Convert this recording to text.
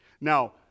Now